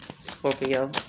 Scorpio